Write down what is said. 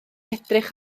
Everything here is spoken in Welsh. edrych